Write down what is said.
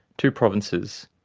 two provinces,